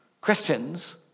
Christians